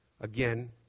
again